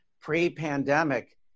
pre-pandemic